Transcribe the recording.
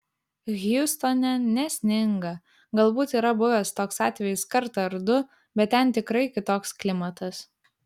hjustone nesninga galbūt yra buvęs toks atvejis kartą ar du bet ten tikrai kitoks klimatas